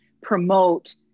promote